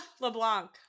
LeBlanc